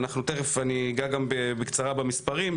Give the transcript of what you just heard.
תיכף אני גם אגע בקצרה במספרים,